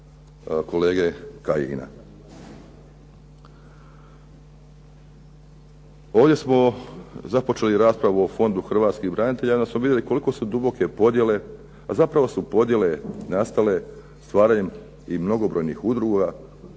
kolege Kajina. Ovdje smo započeli raspravu o Fondu hrvatskih branitelja i onda smo vidjeli koliko su duboke podjele a zapravo su podjele nastale stvaranjem i mnogobrojnih udruga